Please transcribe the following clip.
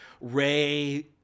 Ray